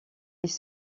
ils